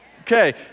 Okay